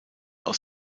aus